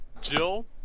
Jill